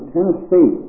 Tennessee